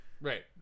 right